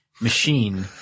machine